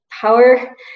power